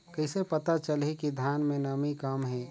कइसे पता चलही कि धान मे नमी कम हे?